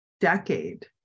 decade